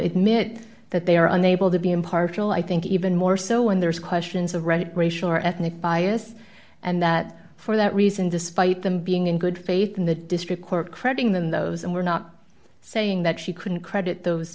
admit that they are unable to be impartial i think even more so when there's questions of right racial or ethnic bias and that for that reason despite them being in good faith in the district court crediting them those and we're not saying that she couldn't credit those